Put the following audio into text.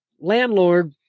landlord